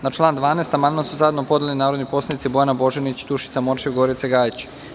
Na član 7. amandman su zajedno podnele narodni poslanici Bojana Božanić, Dušica Morčev i Gorica Gajić.